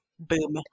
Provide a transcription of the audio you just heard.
boom